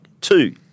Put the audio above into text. Two